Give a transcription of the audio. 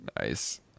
Nice